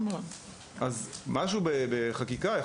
כמובן שאיזה שינוי בחקיקה,